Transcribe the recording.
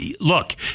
look